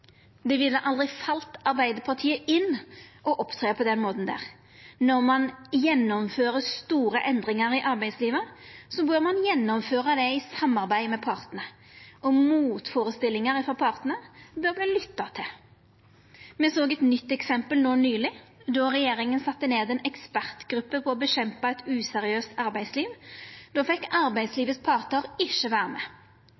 Det ville aldri falle Arbeidarpartiet inn å opptre på den måten. Når ein gjennomfører store endringar i arbeidslivet, bør ein gjennomføra dei i samarbeid med partane, og motførestillingar frå partane bør ein lytta til. Me såg eit nytt eksempel no nyleg, då regjeringa sette ned ei ekspertgruppe for å kjempa mot eit useriøst arbeidsliv. Då fekk